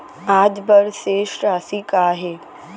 आज बर शेष राशि का हे?